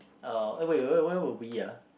uh eh wait wait where were we ah